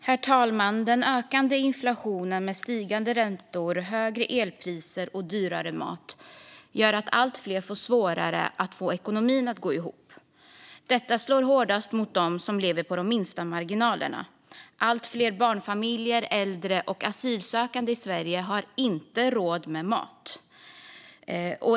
Herr talman! Den ökande inflationen med stigande räntor, högre elpriser och dyrare mat gör att allt fler får svårare att få ekonomin att gå ihop. Detta slår hårdast mot dem som lever på de minsta marginalerna. Allt fler barnfamiljer, äldre och asylsökande i Sverige har inte råd med mat.